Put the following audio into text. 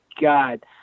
God